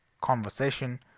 conversation